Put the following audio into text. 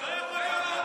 לא יכול להיות עוד בית.